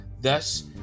Thus